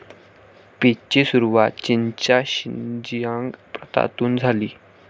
पीचची सुरुवात चीनच्या शिनजियांग प्रांतातून झाली